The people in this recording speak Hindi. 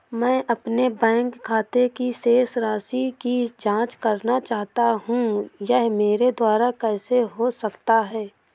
मैं अपने बैंक खाते की शेष राशि की जाँच करना चाहता हूँ यह मेरे द्वारा कैसे हो सकता है?